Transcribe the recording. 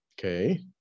Okay